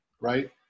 right